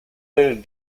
del